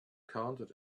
counted